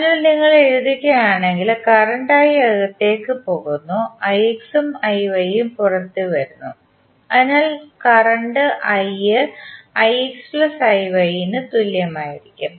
അതിനാൽ നിങ്ങൾ എഴുതുകയാണെങ്കിൽ കറണ്ട് I അകത്തേക്ക് പോകുന്നു ഉം ഉം പുറത്തുവരുന്നു അതിനാൽ കറണ്ട് I ന് തുല്യമായിരിക്കും